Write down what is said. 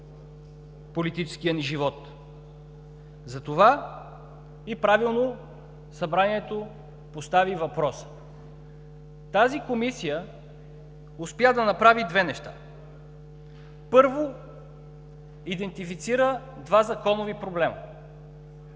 политическия ни живот. Затова и правилно Събранието постави въпроса. Тази комисия успя да направи две неща. Първо, идентифицира два законови проблема,